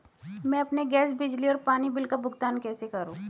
मैं अपने गैस, बिजली और पानी बिल का भुगतान कैसे करूँ?